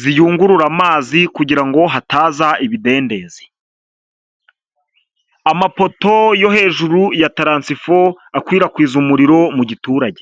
ziyungurura amazi kugira ngo hataza ibidendezi, amapoto yo hejuru ya taransifo akwirakwiza umuriro mu giturage.